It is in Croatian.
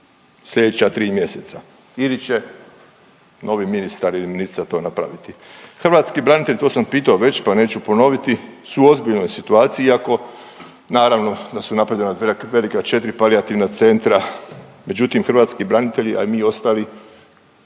sljedeća tri mjeseca ili će novi ministar ili ministrica to napraviti. Hrvatski branitelji to sam pito već pa neću ponoviti, su u ozbiljnoj situaciji iako naravno da su napravljena velika četri palijativna centra, međutim hrvatski branitelji, a i mi ostali